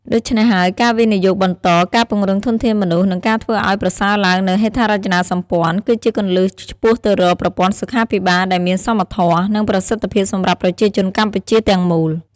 ដូច្នេះហើយ ការវិនិយោគបន្ត ការពង្រឹងធនធានមនុស្ស និងការធ្វើឱ្យប្រសើរឡើងនូវហេដ្ឋារចនាសម្ព័ន្ធ គឺជាគន្លឹះឆ្ពោះទៅរកប្រព័ន្ធសុខាភិបាលដែលមានសមធម៌ និងប្រសិទ្ធភាពសម្រាប់ប្រជាជនកម្ពុជាទាំងមូល។